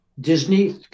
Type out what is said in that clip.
Disney